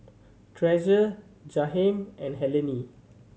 Treasure Jaheim and Helene